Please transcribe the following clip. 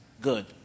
good